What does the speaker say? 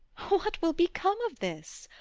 what will become of this?